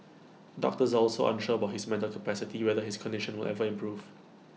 doctors are also unsure about his mental capacity whether his condition will ever improve